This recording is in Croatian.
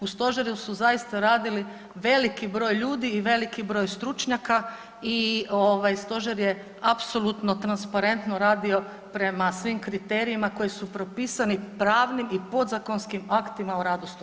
U stožeru su zaista radili veliki broj ljudi i veliki broj stručnjaka i stožer je apsolutno transparentno radio prema svim kriterijima koji su propisani pravnim i podzakonskim aktima o radu stožera.